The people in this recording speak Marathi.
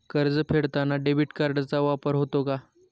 कर्ज फेडताना डेबिट कार्डचा वापर होतो का?